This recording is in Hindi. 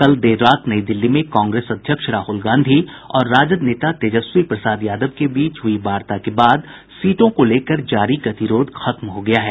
कल देर रात नई दिल्ली में कांग्रेस अध्यक्ष राहुल गांधी और राजद नेता तेजस्वी प्रसाद यादव के बीच हुई वार्ता के बाद सीटों को लेकर जारी गतिरोध खत्म हो गया है